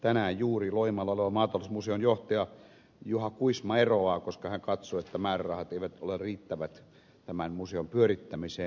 tänään juuri loimaalla olevan maatalousmuseon johtaja juha kuisma eroaa koska hän katsoo että määrärahat eivät ole riittävät tämän museon pyörittämiseen